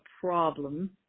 problem